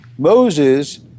Moses